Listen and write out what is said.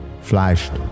Flashed